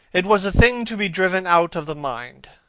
it was a thing to be driven out of the mind,